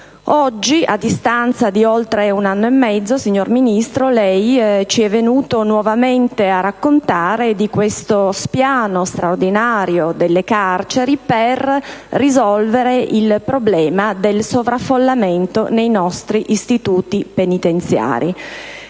Oggi, a distanza di oltre un anno e mezzo, signor Ministro, lei ci è venuto nuovamente a raccontare di questo piano straordinario delle carceri per risolvere il problema del sovraffollamento nei nostri istituti penitenziari.